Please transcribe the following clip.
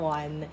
one